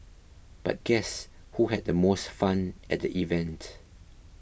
but guess who had the most fun at the event